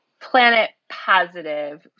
planet-positive